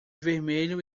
vermelho